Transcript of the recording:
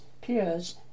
peers